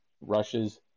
rushes